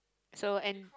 so and